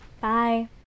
bye